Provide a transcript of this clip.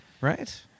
Right